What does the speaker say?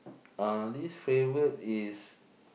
uh least favourite is